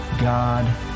God